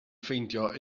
ffeindio